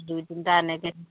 দুই তিনিটা এনেকৈ